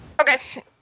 Okay